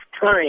time